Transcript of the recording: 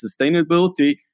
sustainability